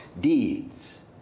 deeds